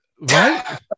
Right